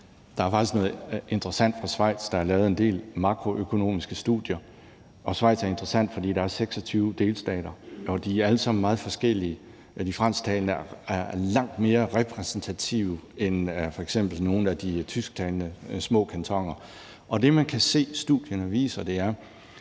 der er faktisk noget interessant fra Schweiz. Der er lavet en del makroøkonomiske studier, og Schweiz er interessant, fordi der er 26 delstater, og de er alle sammen meget forskellige. De fransktalende er langt mere repræsentative end f.eks. nogle af de tysktalende små kantoner. Det, man kan se studierne viser, er,